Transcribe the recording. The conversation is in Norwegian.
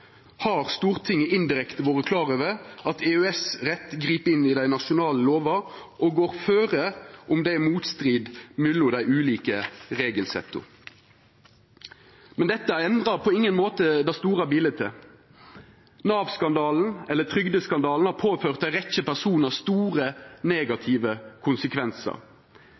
har Stortinget indirekte vore klar over at EØS-retten grip inn i dei nasjonale lovene og går føre om det er motstrid mellom dei ulike regelsetta. Men dette endrar på ingen måte det store biletet. Nav-skandalen, eller trygdeskandalen, har påført ei rekkje personar store, negative konsekvensar.